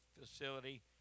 facility